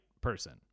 person